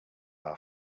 our